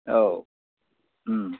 औ